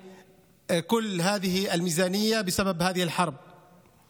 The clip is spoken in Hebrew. וזאת ברקע הרחבת כל התקציבים האלה בעקבות המלחמה הזאת.